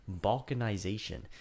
balkanization